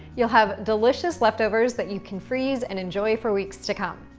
you'll have delicious leftovers that you can freeze and enjoy for weeks to come.